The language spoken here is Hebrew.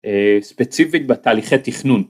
ספציפית בתהליכי תכנון.